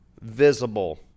visible